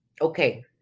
Okay